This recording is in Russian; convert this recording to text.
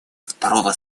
второго